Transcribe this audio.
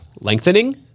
lengthening